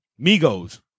Migos